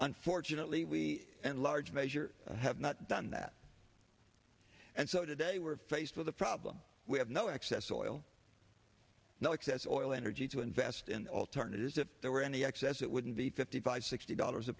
unfortunately we and large measure have not done that and so today we're faced with the problem we have no access to oil no excess oil energy to invest in alternatives if there were any excess it wouldn't be fifty five sixty dollars a